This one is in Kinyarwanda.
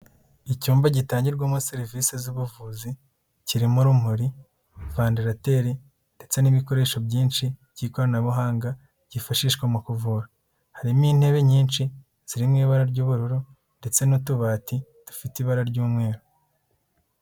Icyumba gitangirwamo serivise z'ubuvuzi, kirimo urumuri, vandarateri ndetse n'ibikoresho byinshi by'ikoranabuhanga byifashishwa mu kuvura. Harimo intebe nyinshi ziri mu ibara ry'ubururu ndetse n'utubati dufite ibara ry'umweru.